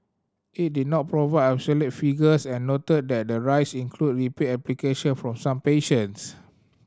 it did not provide absolute figures and noted that the rise include repeat application from some patients